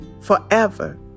forever